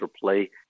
play